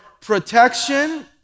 protection